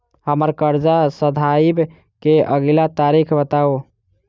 हम्मर कर्जा सधाबई केँ अगिला तारीख बताऊ?